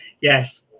yes